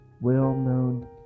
well-known